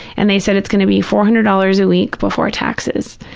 and they said, it's going to be four hundred dollars a week before taxes,